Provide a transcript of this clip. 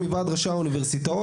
בקדנציה הקודמת דנו בו פעמיים.